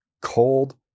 cold